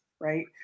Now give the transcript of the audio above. right